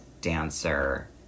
dancer